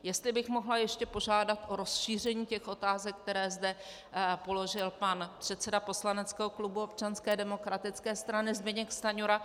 Jestli bych mohla ještě požádat o rozšíření těch otázek, které zde položil pan předseda poslaneckého klubu Občanské demokratické strany Zbyněk Stanjura.